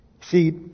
See